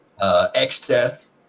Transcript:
X-Death